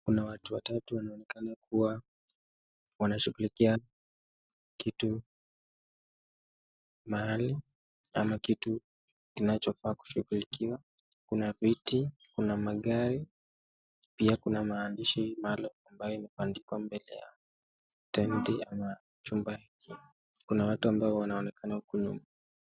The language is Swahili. Kuna watu watatu wanaonekana kuwa wanashughulikia kitu mahali ama kitu kinachofaa kushughulikiwa. Kuna viti, kuna magari, pia kuna maandishi maalamu ambayo imebandikwa mbele ya tenti ama chumba hiki. Kuna watu wanaonekana huku nyuma.